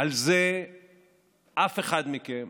עד שנתניהו